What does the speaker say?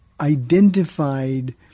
identified